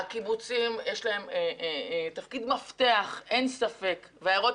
אין ספק שלקיבוצים יש תפקיד מפתח וגם לעיירות